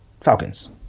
Falcons